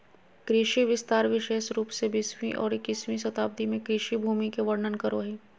कृषि विस्तार विशेष रूप से बीसवीं और इक्कीसवीं शताब्दी में कृषि भूमि के वर्णन करो हइ